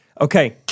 Okay